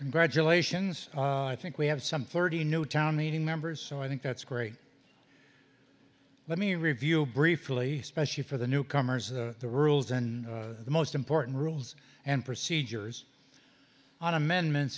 congratulations i think we have some thirty new town meeting members so i think that's great let me review briefly especially for the newcomers the rules in the most important rules and procedures on amendments